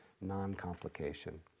non-complication